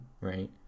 right